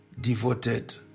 devoted